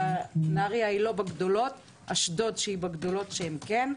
שהיא לא בגדולות, אשדוד שהיא בגדולות שהן כן,